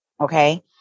Okay